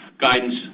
guidance